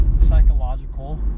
psychological